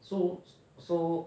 so so